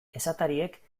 esatariek